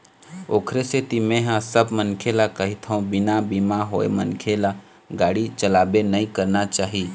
ओखरे सेती मेंहा सब मनखे ल कहिथव बिना बीमा होय मनखे ल गाड़ी चलाबे नइ करना चाही